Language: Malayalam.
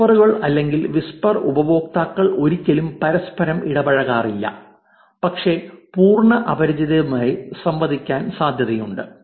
വിസ്പറുകൾ അല്ലെങ്കിൽ വിസ്പർ ഉപയോക്താക്കൾ ഒരിക്കലും പരസ്പരം ഇടപഴകാറില്ല പക്ഷെ പൂർണ്ണ അപരിചിതരുമായി സംവദിക്കാൻ സാധ്യതയുണ്ട്